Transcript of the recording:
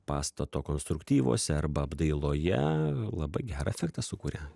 pastato konstruktyvuose arba apdailoje labai gerą efektą sukuria